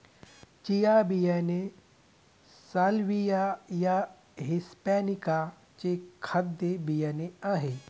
chia बियाणे salvia या hispanica चे खाद्य बियाणे आहे